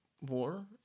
war